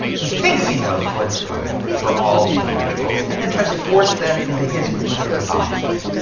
he thinks he knows what's good for all individuals and then tries to force them into his particular boxes.